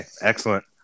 excellent